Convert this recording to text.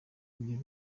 ibyo